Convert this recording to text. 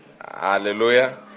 Hallelujah